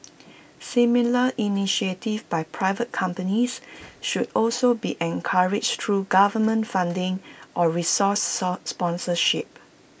similar initiatives by private companies should also be encouraged through government funding or resource sponsorship